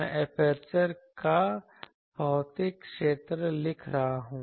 मैं एपर्चर का भौतिक क्षेत्र लिख रहा हूं